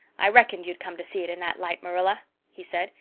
i reckoned you'd come to see it in that light, marilla, he said.